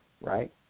right